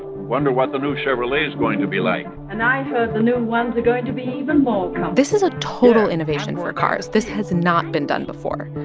wonder what the new chevrolet is going to be like and i heard the new ones are going to be even more comfortable this is a total innovation for cars this has not been done before.